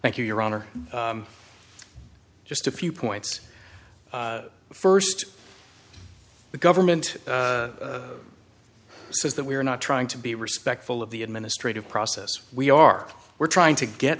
thank you your honor just a few points first the government says that we are not trying to be respectful of the administrative process we are we're trying to get